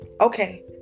Okay